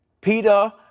Peter